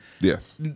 Yes